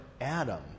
Adam